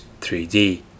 3D